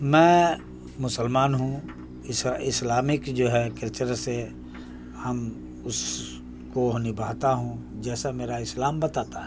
میں مسلمان ہوں اسلامک جو ہے کلچر سے ہم اس کو نبھاتا ہوں جیسا میرا اسلام بتاتا ہے